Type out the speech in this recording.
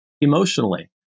emotionally